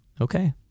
Okay